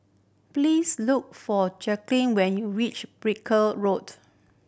please look for Jacqulyn when you reach Brooke Road